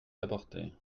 apporter